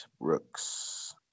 Brooks